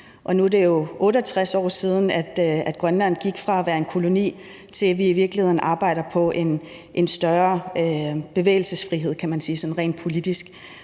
Nu er der gået 68 år, fra Grønland gik fra at være en koloni, til at vi i virkeligheden arbejder på at få en større bevægelsesfrihed, kan man sige,